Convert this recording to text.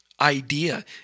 idea